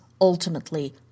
ultimately